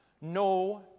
No